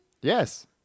Yes